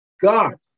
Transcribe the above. God